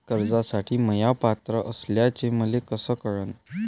कर्जसाठी म्या पात्र असल्याचे मले कस कळन?